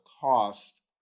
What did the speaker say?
cost